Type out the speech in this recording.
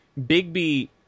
bigby